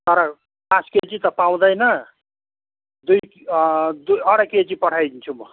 तर पाँच केजी त पाउँदैन दुई दु अढाई केजी पठाइदिन्छु म